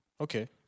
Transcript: Okay